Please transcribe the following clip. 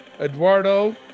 Eduardo